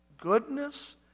goodness